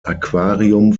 aquarium